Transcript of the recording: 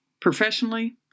professionally